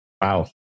Wow